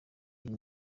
iyi